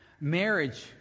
Marriage